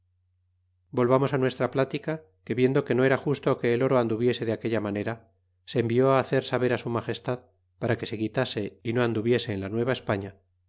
volvamos nuestra platica que viendo que no era justo que el oro anduviese de aquella manera se envió hacer saber su magestad para que se quitase y no anduviese en la